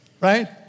Right